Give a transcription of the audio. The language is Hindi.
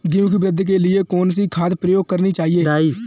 गेहूँ की वृद्धि के लिए कौनसी खाद प्रयोग करनी चाहिए?